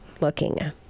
Looking